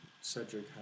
Cedric